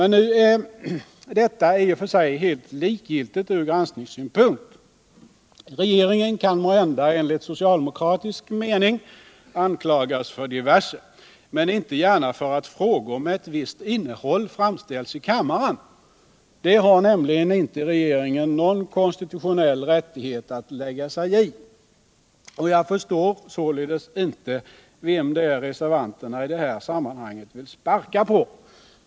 Nu är detta i och för sig helt likgiltigt ur granskningssynpunkt. Regeringen kan måhända enligt socialdemokratisk mening anklagas för diverse, men inte gärna för att frågor med ett visst innehåll framställs i kammaren. Det har nämligen inte regeringen någon konstitutionell rättighet att lägga sig i. Jag förstår således inte vem reservanterna i det här sammanhanget vill sparka på.